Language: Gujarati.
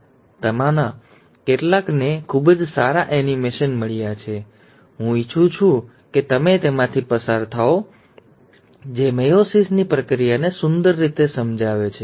તેમાંના કેટલાકને ખૂબ જ સારા એનિમેશન મળ્યા છે હું ઇચ્છું છું કે તમે તેમાંથી પસાર થાઓ જે મેયોસિસની પ્રક્રિયાને સુંદર રીતે સમજાવે છે